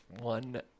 one